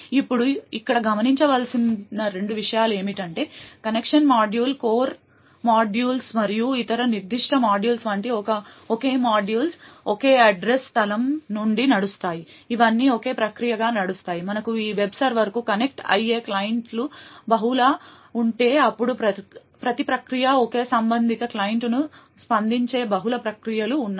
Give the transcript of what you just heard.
ఇప్పుడు ఇక్కడ గమనించవలసిన రెండు విషయాలు ఏమిటంటే కనెక్షన్ మాడ్యూల్ కోర్ మాడ్యూల్స్ మరియు ఇతర నిర్దిష్ట మాడ్యూల్స్ వంటి ఒకే మాడ్యూల్స్ ఒకే అడ్రస్ స్థలం నుండి నడుస్తాయి అవన్నీ ఒకే ప్రక్రియగా నడుస్తాయి మనకు ఈ వెబ్ సర్వర్కు కనెక్ట్ అయ్యే క్లయింట్లు బహుళ ఉంటే అప్పుడు ప్రతి ప్రక్రియను ఒకే సంబంధిత క్లయింట్ను స్పందించే బహుళ ప్రక్రియలు ఉన్నాయి